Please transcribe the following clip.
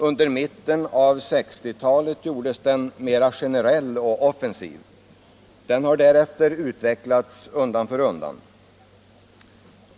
Under mitten av 1960-talet gjordes den mera generell och offensiv. Den har därefter utvecklats undan för undan.